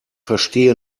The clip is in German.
verstehe